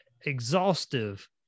exhaustive